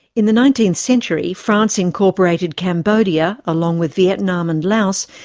in the nineteenth century, france incorporated cambodia, along with vietnam and laos,